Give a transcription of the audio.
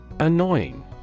Annoying